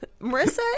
Marissa